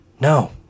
No